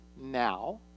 now